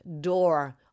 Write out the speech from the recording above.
door